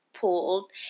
pulled